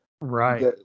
Right